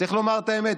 צריך לומר את האמת.